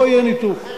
לא יהיה ניתוק.